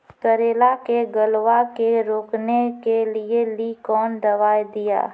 करेला के गलवा के रोकने के लिए ली कौन दवा दिया?